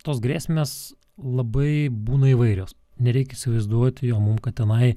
tos grėsmės labai būna įvairios nereikia įsivaizduoti jo mum kad tenai